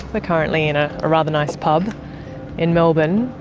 ah currently in ah a rather nice pub in melbourne,